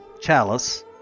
chalice